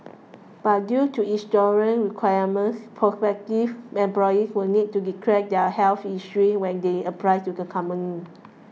but due to insurance requirements prospective employees will need to declare their health history when they apply to the company